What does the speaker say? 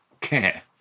care